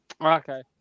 okay